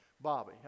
Bobby